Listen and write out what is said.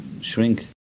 shrink